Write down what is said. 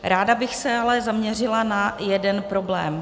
Ráda bych se ale zaměřila na jeden problém.